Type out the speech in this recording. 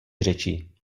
řečí